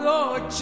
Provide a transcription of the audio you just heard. Lord